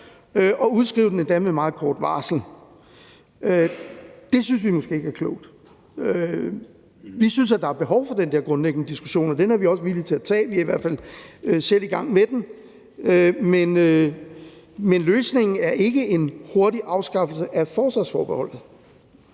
udskrevet med meget kort varsel. Det synes vi måske ikke er klogt. Vi synes, at der er behov for den der grundlæggende diskussion, og den er vi også villige til at tage. Vi er i hvert fald selv i gang med den. Men løsningen er ikke en hurtig afskaffelse af forsvarsforbeholdet.